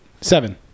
Seven